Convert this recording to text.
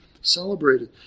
celebrated